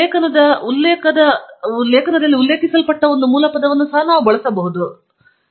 ಲೇಖನದ ಮೂಲಕ ಉಲ್ಲೇಖಿಸಲ್ಪಟ್ಟಿರುವ ಒಂದು ಮೂಲಪದ ಸಹ ನಾವು ಬಳಸಬಹುದಾಗಿತ್ತು